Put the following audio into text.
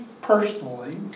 personally